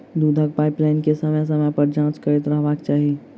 दूधक पाइपलाइन के समय समय पर जाँच करैत रहबाक चाही